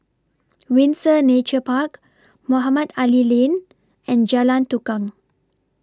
Windsor Nature Park Mohamed Ali Lane and Jalan Tukang